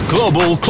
Global